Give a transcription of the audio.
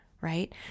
right